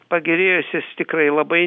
pagerėjusios tikrai labai